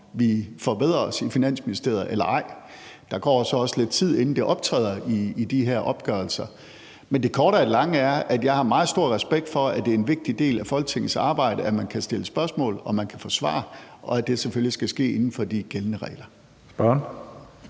vi forbedrer os i Finansministeriet eller ej. Der går så også lidt tid, inden det optræder i de her opgørelser. Men det korte af det lange er, at jeg har meget stor respekt for, at det er en vigtig del af Folketingets arbejde, at man kan stille spørgsmål, og at man kan få svar, og at det selvfølgelig skal ske inden for de gældende regler.